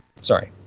Sorry